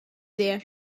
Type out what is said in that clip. there